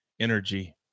Energy